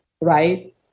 right